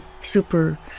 super